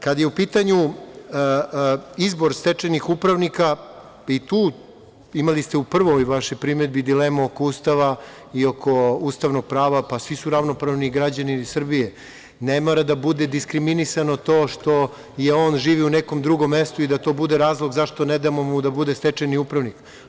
Kad je u pitanju izbor stečajnih upravnika i tu ste imali u prvoj vašoj primedbi dilemu oko Ustava i oko ustavnog prava, pa svi su ravnopravni građani Srbije, ne mora da bude diskriminisano to što on živi u nekom drugom mestu i da to bude razlog zašto mu ne damo da bude stečajni upravnik.